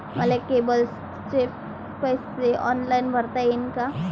मले केबलचे पैसे ऑनलाईन भरता येईन का?